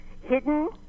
hidden